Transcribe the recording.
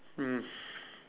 mm